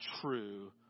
true